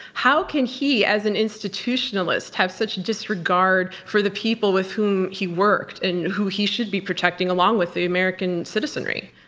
how can he as an institutionalist have such disregard for the people with whom he worked and who he should be protecting along with the american citizenry?